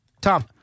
Tom